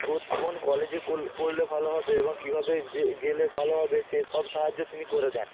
কোন কলেজে কোল পড়লে ভালো হবে এবং কীভাবে যে গেলে ভালো হবে সে সব সাহায্য তিনি করে দেন